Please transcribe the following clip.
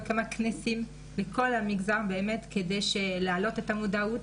כמה כנסים לכל המגזר כדי להעלות את המודעות